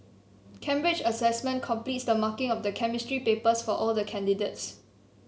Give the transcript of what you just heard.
Cambridge Assessment completes the marking of the Chemistry papers for all the candidates